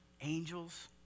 angels